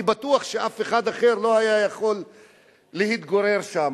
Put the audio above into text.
אני בטוח שאף אחד אחר לא היה יכול להתגורר שם.